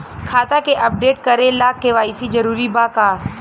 खाता के अपडेट करे ला के.वाइ.सी जरूरी बा का?